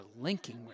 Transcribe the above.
linking